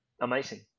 amazing